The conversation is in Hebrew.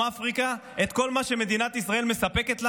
אפריקה את כל מה שמדינת ישראל מספקת לה?